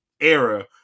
era